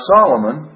Solomon